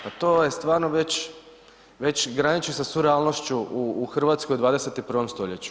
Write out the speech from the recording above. Pa to je stvarno već, već graniči sa surealnošću u Hrvatskoj u 21. stoljeću.